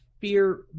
fear